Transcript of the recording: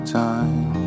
time